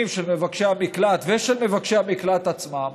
של מבקשי המקלט ושל מבקשי המקלט עצמם